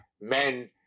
Men